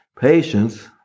patience